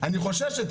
אני חוששת.